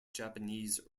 japanese